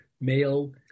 male